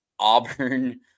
Auburn